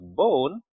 bone